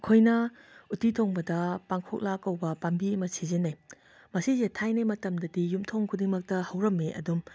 ꯑꯩꯈꯣꯏꯅ ꯎꯇꯤ ꯊꯣꯡꯕꯗ ꯄꯥꯡꯈꯣꯛꯂꯥ ꯀꯧꯕ ꯄꯥꯝꯕꯤ ꯑꯃ ꯁꯤꯖꯤꯟꯅꯩ ꯃꯁꯤꯁꯦ ꯊꯥꯏꯅꯩ ꯃꯇꯝꯗꯗꯤ ꯌꯨꯝꯊꯣꯡ ꯈꯨꯗꯤꯡꯃꯛꯇ ꯍꯧꯔꯝꯃꯦ ꯑꯗꯨꯝ